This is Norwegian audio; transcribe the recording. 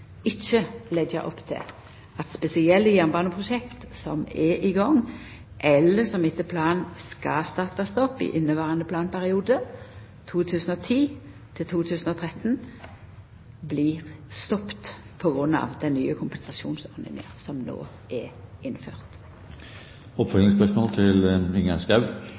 ikkje leggja opp til at spesielle jernbaneprosjekt som er i gang, eller som etter planen skal startast opp i inneverande planperiode, 2010–2013, vil bli stoppa på grunn av den nye kompensasjonsordninga som no er